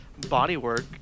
bodywork